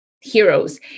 heroes